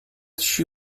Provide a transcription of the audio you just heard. she